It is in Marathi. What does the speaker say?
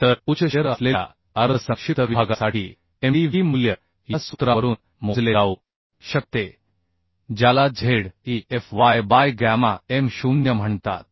तर उच्च शिअर असलेल्या अर्ध संक्षिप्त विभागासाठी Mdv मूल्य या सूत्रावरून मोजले जाऊ शकते ज्याला z e f y by gamma m 0 म्हणतात